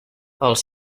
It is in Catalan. els